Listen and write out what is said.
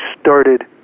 started